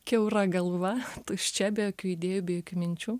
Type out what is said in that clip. kiaura galva tuščia be jokių idėjų be jokių minčių